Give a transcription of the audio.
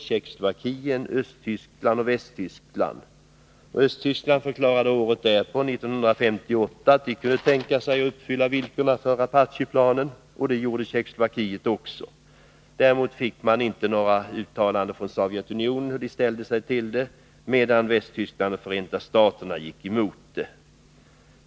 Tjeckoslovakien, Östtyskland och Västtyskland. Östtyskland förklarade året därpå, 1958, att man kunde tänka sig att uppfylla villkoren för Rapackiplanen, och det gjorde Tjeckoslovakien också. Däremot fick man inte något uttalande från Sovjetunionen om dess inställning, medan Västtyskland och Förenta staterna gick emot planen.